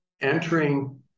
entering